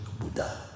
Buddha